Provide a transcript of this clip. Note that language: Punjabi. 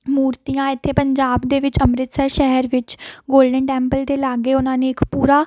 ਮੂਰਤੀਆਂ ਇੱਥੇ ਪੰਜਾਬ ਦੇ ਵਿੱਚ ਅੰਮ੍ਰਿਤਸਰ ਸ਼ਹਿਰ ਵਿੱਚ ਗੋਲਡਨ ਟੈਂਪਲ ਦੇ ਲਾਗੇ ਉਹਨਾਂ ਨੇ ਇੱਕ ਪੂਰਾ